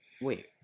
Wait